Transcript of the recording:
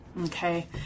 Okay